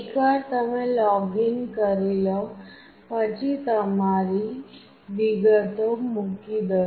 એકવાર તમે log in કરી લો પછી તમારી વિગતો મૂકી દો